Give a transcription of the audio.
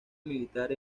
militar